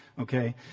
Okay